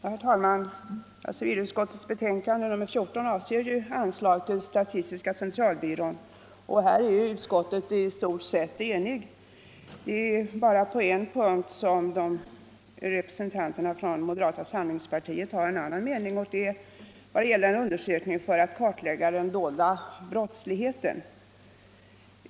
Herr talman! Civilutskottets betänkande nr 14 avser anslag till statistiska centralbyrån, och här är utskottet i stort sett enigt. Det är bara på en punkt som representanterna för moderata samlingspartiet har en annan mening, nämligen när det gäller en undersökning för att kartlägga den dolda brottsligheten.